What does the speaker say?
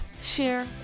share